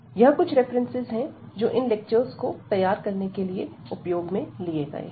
यह कुछ रेफरेंस है जो इन लेक्चर्स को तैयार करने के लिए उपयोग में लिए गए हैं